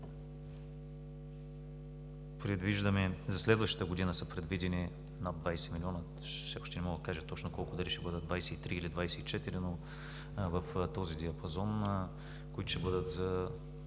обучение. За следващата година са предвидени над 20 милиона – все още не мога да кажа точно колко, дали ще бъдат 23 или 24, но в този диапазон, които ще бъдат за